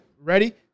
ready